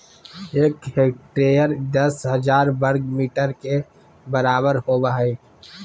एक हेक्टेयर दस हजार वर्ग मीटर के बराबर होबो हइ